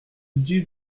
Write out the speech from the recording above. dix